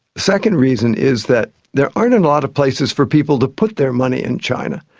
second reason is that there aren't and a lot of places for people to put their money in china.